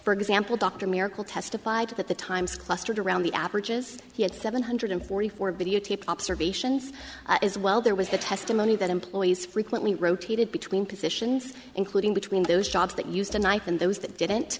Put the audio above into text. for example dr miracle testified that the times clustered around the averages he had seven hundred forty four videotaped observations as well there was the testimony that employees frequently rotated between positions including between those jobs that used a knife and those that didn't